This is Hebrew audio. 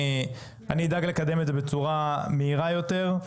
אני אדאג לקדם את זה בצורה מהירה יותר.